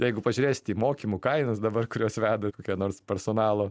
jeigu pažiūrėsite į mokymų kainas dabar kuriuos veda kokie nors personalo